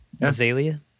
azalea